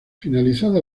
finalizada